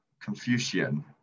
Confucian